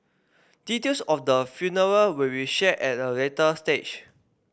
details of the funeral will be shared at a later stage